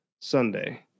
sunday